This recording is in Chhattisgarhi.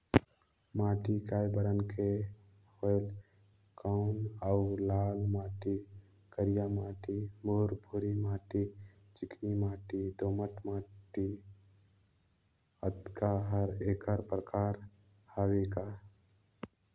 माटी कये बरन के होयल कौन अउ लाल माटी, करिया माटी, भुरभुरी माटी, चिकनी माटी, दोमट माटी, अतेक हर एकर प्रकार हवे का?